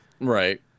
Right